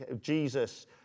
Jesus